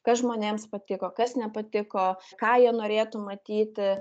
kas žmonėms patiko kas nepatiko ką jie norėtų matyti